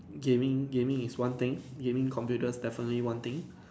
gaming gaming is one thing gaming computer is definitely one thing